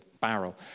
barrel